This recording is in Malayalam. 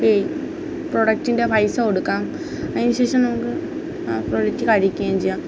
ഈ പ്രൊഡക്ടിന്റെ പൈസ കൊടുക്കാം അതിനുശേഷം നമുക്ക് ആ പ്രൊഡക്ട് കഴിക്കുകയും ചെയ്യാം